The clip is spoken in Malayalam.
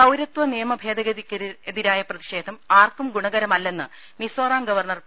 പൌരത്വ് നിയമഭേദഗതിക്കെതിരായ പ്രതിഷേധം ആർക്കും ഗുണകരമല്ലെന്ന് മിസ്സോറാം ഗവർണ്ണർ പി